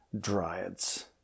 Dryads